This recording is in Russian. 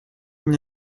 мне